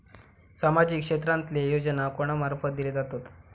सामाजिक क्षेत्रांतले योजना कोणा मार्फत दिले जातत?